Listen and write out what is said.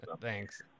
Thanks